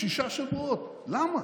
שישה שבועות, למה?